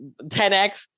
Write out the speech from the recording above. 10X